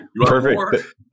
Perfect